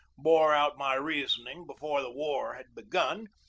bore out my reasoning before the war had begun,